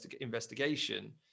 investigation